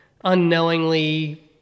unknowingly